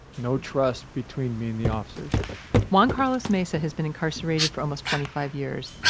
no trust between me and the officers juan carlos meza has been incarcerated for almost twenty-five years.